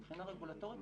מבחינה רגולטורית,